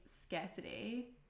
scarcity